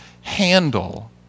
handle